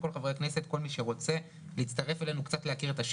את חברי הכנסת וכל מי שרוצה להצטרף אלינו